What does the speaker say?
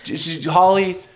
Holly